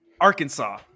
Arkansas